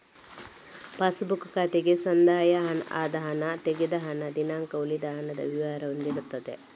pass book ಖಾತೆಗೆ ಸಂದಾಯ ಆದ ಹಣ, ತೆಗೆದ ಹಣ, ದಿನಾಂಕ, ಉಳಿದ ಹಣದ ವಿವರ ಹೊಂದಿರ್ತದೆ